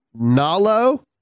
Nalo